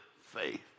faith